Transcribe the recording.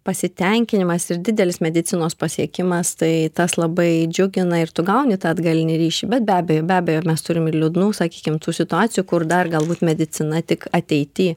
pasitenkinimas ir didelis medicinos pasiekimas tai tas labai džiugina ir tu gauni tą atgalinį ryšį bet be abejo be abejo mes turim ir liūdnų sakykim tų situacijų kur dar galbūt medicina tik ateity